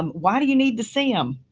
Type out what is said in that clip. um why do you need to see him?